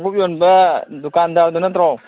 ꯈꯣꯡꯎꯞ ꯌꯣꯟꯕ ꯗꯨꯀꯥꯟꯗꯥꯔꯗꯨ ꯅꯠꯇ꯭ꯔꯣ